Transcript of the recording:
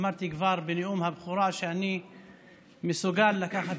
אמרתי כבר בנאום הבכורה שאני מסוגל לקחת